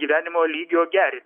gyvenimo lygio gerinti